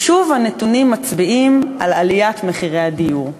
שוב הנתונים מצביעים על עליית מחירי הדיור.